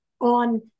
on